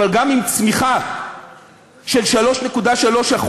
אבל גם עם צמיחה של 3.3%,